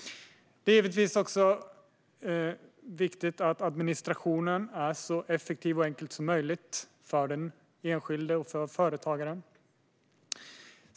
Givetvis är det också viktigt att administrationen är så effektiv och enkel som möjligt för den enskilde och för företagaren.